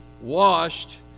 washed